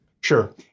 Sure